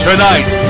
Tonight